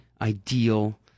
ideal